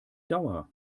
dauer